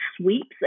sweeps